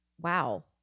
wow